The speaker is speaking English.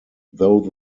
though